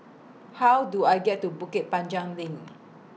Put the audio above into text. How Do I get to Bukit Panjang LINK